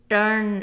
Turn